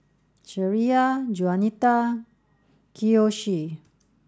Shreya Juanita Kiyoshi